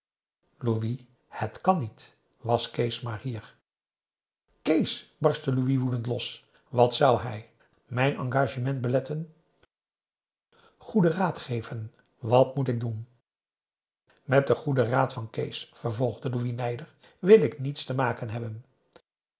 louis het kan niet was kees maar hier kees barstte louis woedend los wat zou hij mijn engagement beletten goeden raad geven wat moet ik doen met den goeden raad van kees vervolgde louis nijdig wil ik niets te maken hebben